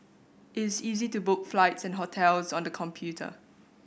it's easy to book flights and hotels on the computer